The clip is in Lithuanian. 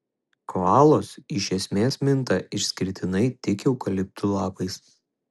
koalos iš esmės minta išskirtinai tik eukaliptų lapais